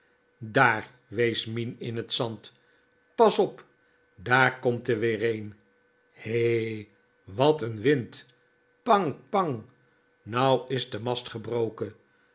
dààr wees mien in het zand pas op daar komt r weer een hè wat n wind pang pang nou is de mast